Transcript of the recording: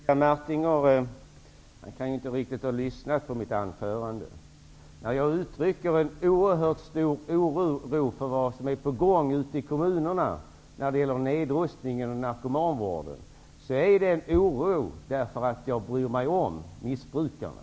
Herr talman! Jerry Martinger kan inte ha lyssnat riktigt på mitt anförande. När jag uttrycker en oerhört stor oro för vad som är på gång ute i kommunerna när det gäller nedrustningen av narkomanvården, är det en oro som återspeglar att jag bryr mig om missbrukarna.